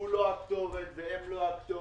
הוא לא הכתובת, והם לא הכתובת.